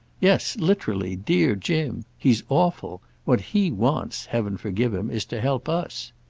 yes, literally dear jim! he's awful. what he wants, heaven forgive him, is to help us.